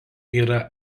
yra